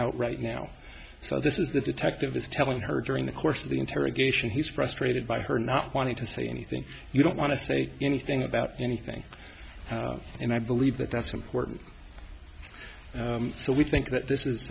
out right now so this is the detective is telling her during the course of the interrogation he's frustrated by her not wanting to say anything you don't want to say anything about anything and i believe that that's important so we think that this is